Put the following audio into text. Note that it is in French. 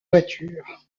voiture